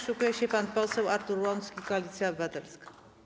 Szykuje się pan poseł Artur Łącki, Koalicja Obywatelska.